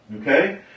okay